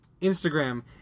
Instagram